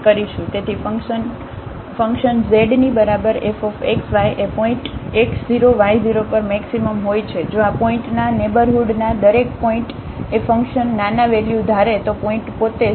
તેથી function z ની બરાબર f x y એ પોઇન્ટ x0 y0 પર મેક્સિમમ હોય છે જો આ પોઇન્ટના નેબરહુડના દરેક પોઇન્ટએ ફંકશન નાના વેલ્યુ ધારે તો પોઇન્ટ પોતે જ